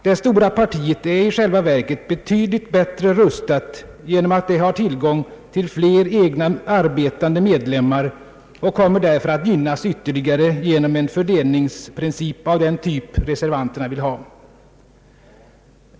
Det stora partiet är i själva verket betydligt bättre rustat genom att det har tillgång till fler egna arbetande medlemmar och kommer därför att gynnas ytterligare genom en fördelningsprincip av den typ reservanterna vill ha.